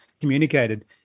communicated